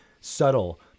subtle